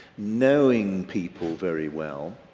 knowing people very well,